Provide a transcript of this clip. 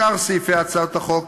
שאר סעיפי הצעת החוק